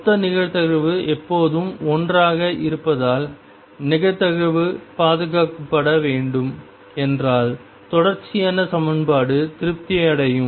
மொத்த நிகழ்தகவு எப்போதும் 1 ஆக இருப்பதால் நிகழ்தகவு பாதுகாக்கப்பட வேண்டும் என்றால் தொடர்ச்சியான சமன்பாடு திருப்தி அடையும்